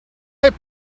hip